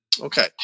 Okay